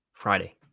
Friday